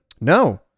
No